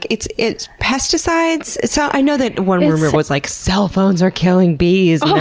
it's it's pesticides? so i know that one rumor was like cell phones are killing bees. um